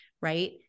right